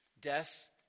Death